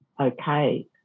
Okay